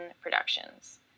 productions